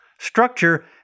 structure